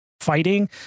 fighting